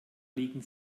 liegen